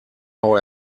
how